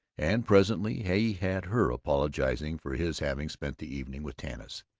and presently he had her apologizing for his having spent the evening with tanis.